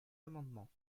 amendements